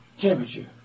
temperature